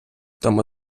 тому